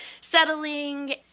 settling